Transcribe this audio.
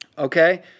Okay